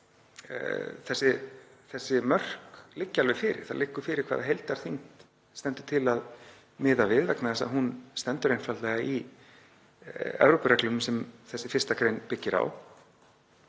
þessi mörk liggja alveg fyrir. Það liggur fyrir hvaða heildarþyngd stendur til að miða við vegna þess að hún stendur einfaldlega í Evrópureglum sem þessi 1. gr. byggir á.